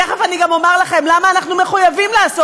תכף אני גם אומר לכם למה אנחנו מחויבים לעשות